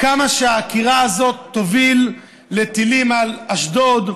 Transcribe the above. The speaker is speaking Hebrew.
על כמה שהעקירה הזאת תוביל לטילים על אשדוד,